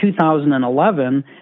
2011